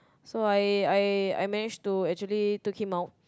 so I I I managed to actually took him out